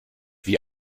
wie